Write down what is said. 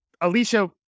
Alicia